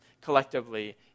collectively